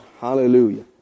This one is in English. Hallelujah